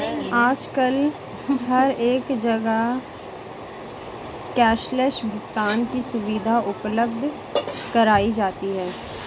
आजकल हर एक जगह कैश लैस भुगतान की सुविधा उपलब्ध कराई जाती है